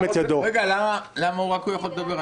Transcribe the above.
רגע, למה רק הוא יכול לדבר?